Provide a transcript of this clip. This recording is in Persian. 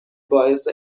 باعث